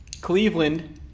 Cleveland